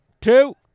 two